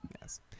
Yes